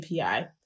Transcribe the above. API